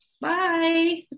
Bye